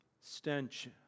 stench